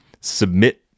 submit